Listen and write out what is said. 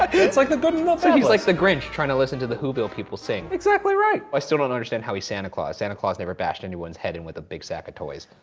it's like but he's like the grinch, trying to listen to the whoville people sing. exactly right. i still don't understand how he's santa claus. santa claus never bashed anyone's head in, with a big sack of toys.